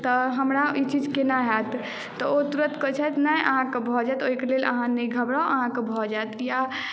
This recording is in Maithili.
तऽ हमरा ई चीज केना हएत तऽ ओ तुरन्त कहै छथि नहि अहाँकेँ भऽ जायत ओहिके लेल अहाँ नहि घबराउ अहाँके भऽ जायत या